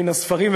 מן הספרים,